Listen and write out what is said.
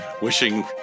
wishing